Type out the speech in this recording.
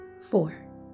four